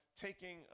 taking